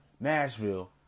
Nashville